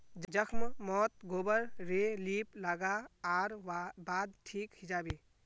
जख्म मोत गोबर रे लीप लागा वार बाद ठिक हिजाबे